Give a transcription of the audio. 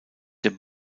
der